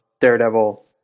Daredevil